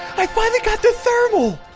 i finally got the thermal